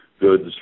goods